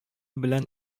белән